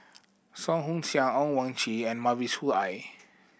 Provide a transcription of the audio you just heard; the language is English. Song Ong Siang Owyang Chi and Mavis Khoo Oei